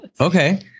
Okay